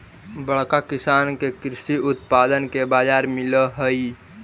बड़का किसान के कृषि उत्पाद के बाजार मिलऽ हई